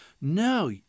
No